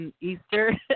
Easter